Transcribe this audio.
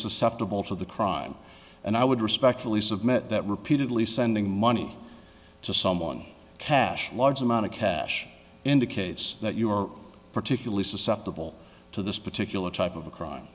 susceptible to the crime and i would respectfully submit that repeatedly sending money to someone cash large amount of cash indicates that you are particularly susceptible to this particular type of crime